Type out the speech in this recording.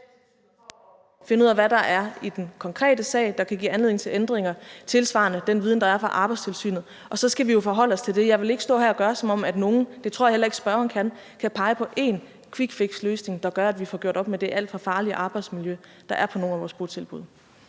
for at finde ud af, hvad der er i den konkrete sag, som kan give anledning til ændringer – og tilsvarende med den viden, der er fra Arbejdstilsynet. Og så skal vi jo forholde os til det. Jeg vil ikke stå her og lade, som om nogen – det tror jeg heller ikke at spørgeren kan – kan pege på én quickfixløsning, der gør, at vi får gjort op med det alt for farlige arbejdsmiljø, der er på nogle af vores botilbud.